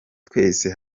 twese